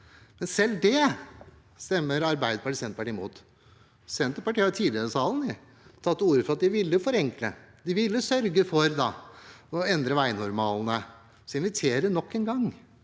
Selv det stemmer Arbeiderpartiet og Senterpartiet imot. Senterpartiet har tidligere i denne salen tatt til orde for at de ville forenkle, de ville sørge for å endre veinormalene. Jeg inviterer nok en gang